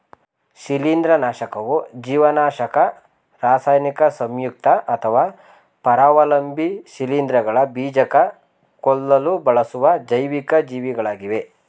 ಶಿಲೀಂಧ್ರನಾಶಕವು ಜೀವನಾಶಕ ರಾಸಾಯನಿಕ ಸಂಯುಕ್ತ ಅಥವಾ ಪರಾವಲಂಬಿ ಶಿಲೀಂಧ್ರಗಳ ಬೀಜಕ ಕೊಲ್ಲಲು ಬಳಸುವ ಜೈವಿಕ ಜೀವಿಗಳಾಗಿವೆ